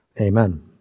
amen